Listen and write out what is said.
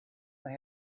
they